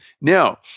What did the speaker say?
Now